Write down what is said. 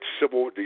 civil